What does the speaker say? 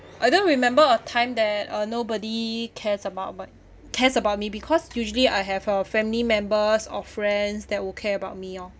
I don't remember a time that uh nobody cares about but cares about me because usually I have a family members or friends that will care about me orh